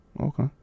Okay